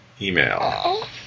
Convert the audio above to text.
email